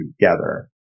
together